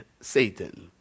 Satan